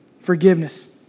forgiveness